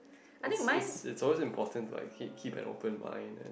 it's it's it's always important to like keep keep an open mind